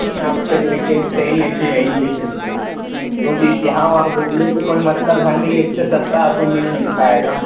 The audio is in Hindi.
नहीं आपसे रीक्वेस्ट यही है कि यही ले लिजीए क्योंकि यहाँ वहाँ घूमने से कोई मतलब है नहीं इससे सस्ता आपको मिल नहीं पाएगा